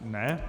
Ne?